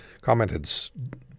commented